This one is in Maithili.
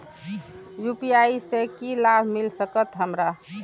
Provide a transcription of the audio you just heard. यू.पी.आई से की लाभ मिल सकत हमरा?